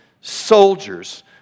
soldiers